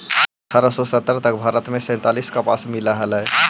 अट्ठारह सौ सत्तर तक भारत में सैंतालीस कपास मिल हलई